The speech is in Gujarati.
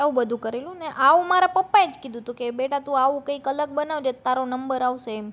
આવું બધું કરેલું ને આવું મારા પપ્પાએ જ કીધું હતું કે બેટા તું આવું કંઈક અલગ બનાવજે તો તારો નંબર આવશે એમ